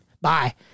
Bye